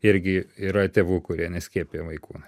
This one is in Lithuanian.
irgi yra tėvų kurie neskiepija vaikų